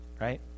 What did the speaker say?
right